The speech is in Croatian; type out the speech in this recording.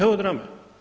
Evo drame.